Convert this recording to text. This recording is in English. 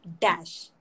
dash